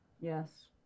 Yes